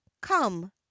come